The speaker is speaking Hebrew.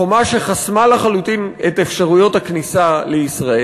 חומה שחסמה לחלוטין את אפשרויות הכניסה לישראל.